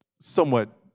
somewhat